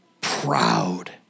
proud